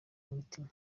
mutima